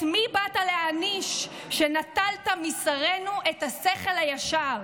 את מי באת להעניש שנטלת משרינו את השכל הישר?